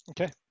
Okay